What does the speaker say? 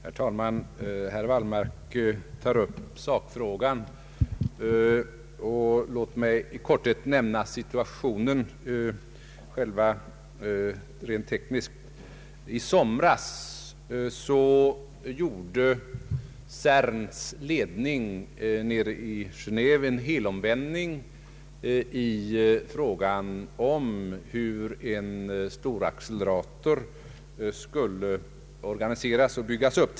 Herr talman! Herr Wallmark tog upp sakfrågan. Låt mig därför i korthet beskriva hur det rent tekniskt ligger till. I somras gjorde CERN:s ledning nere i Geneve en helomvändning i frågan om hur en storaccelerator skulle organiseras och byggas upp.